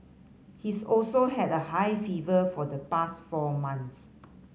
he's also had a high fever for the past four months